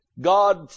God